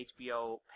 HBO